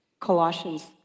Colossians